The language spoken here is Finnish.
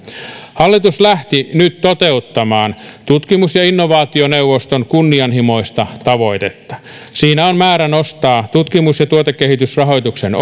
hallitus lähti nyt toteuttamaan tutkimus ja innovaationeuvoston kunnianhimoista tavoitetta siinä on määrä nostaa tutkimus ja tuotekehitysrahoituksen